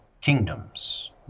kingdoms